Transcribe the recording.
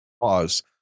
Pause